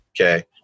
Okay